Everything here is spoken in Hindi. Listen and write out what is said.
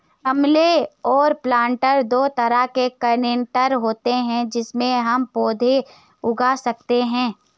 गमले और प्लांटर दो तरह के कंटेनर होते है जिनमें हम पौधे उगा सकते है